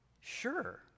Sure